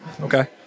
Okay